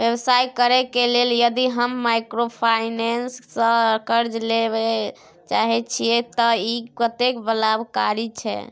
व्यवसाय करे के लेल यदि हम माइक्रोफाइनेंस स कर्ज लेबे चाहे छिये त इ कत्ते लाभकारी छै?